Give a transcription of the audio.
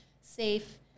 safe